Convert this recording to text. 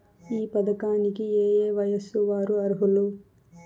ఈ పథకానికి ఏయే వయస్సు వారు అర్హులు?